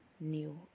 new